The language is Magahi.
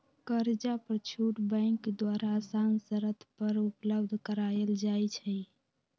कर्जा पर छुट बैंक द्वारा असान शरत पर उपलब्ध करायल जाइ छइ